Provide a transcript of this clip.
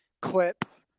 clips